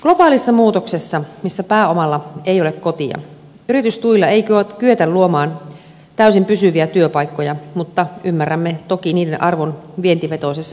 globaalissa muutoksessa missä pääomalla ei ole kotia yritystuilla ei kyetä luomaan täysin pysyviä työpaikkoja mutta ymmärrämme toki niiden arvon vientivetoisessa suurteollisuudessa